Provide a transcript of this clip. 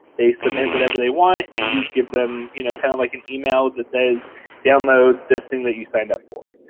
they submit whatever they want, and you give them, you know, kind of like, an email that says download this thing that you signed up for.